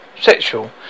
sexual